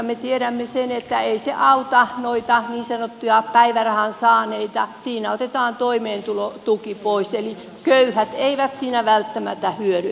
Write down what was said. me tiedämme sen että ei se auta noita niin sanottuja päivärahan saaneita siinä otetaan toimeentulotuki pois eli köyhät eivät siinä välttämättä hyödy